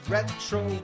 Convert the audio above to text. Retro